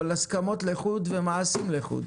אבל הסכמות לחוד ומעשים לחוד.